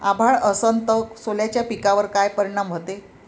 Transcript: अभाळ असन तं सोल्याच्या पिकावर काय परिनाम व्हते?